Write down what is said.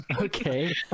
okay